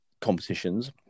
competitions